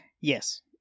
Yes